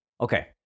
Okay